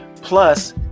Plus